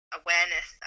awareness